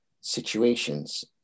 situations